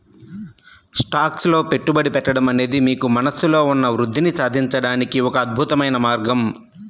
stocks లో పెట్టుబడి పెట్టడం అనేది మీకు మనస్సులో ఉన్న వృద్ధిని సాధించడానికి ఒక అద్భుతమైన మార్గం